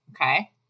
Okay